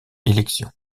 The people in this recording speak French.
élection